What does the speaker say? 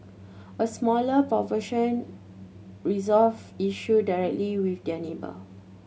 a smaller proportion resolved issue directly with their neighbour